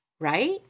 right